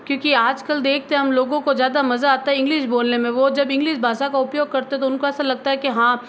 क्योंकि आजकल देखते हैं हम लोगों को ज़्यादा मजा आता है इंग्लिश बोलने में वो जब इंग्लिश भाषा का उपयोग करते तो उनको ऐसा लगता है कि हाँ